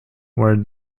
were